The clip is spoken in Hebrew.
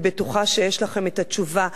אני בטוחה שיש לכם את התשובה.